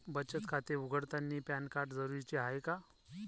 बचत खाते उघडतानी पॅन कार्ड जरुरीच हाय का?